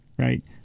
Right